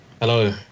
Hello